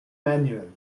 manual